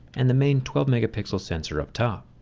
and the main twelve megapixel sensor up top.